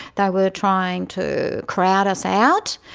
they were trying to crowd us out,